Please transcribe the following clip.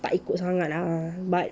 tak ikut sangat ah but